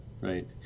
Right